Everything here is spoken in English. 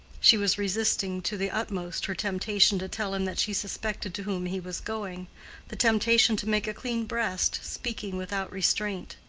she was resisting to the utmost her temptation to tell him that she suspected to whom he was going the temptation to make a clean breast, speaking without restraint.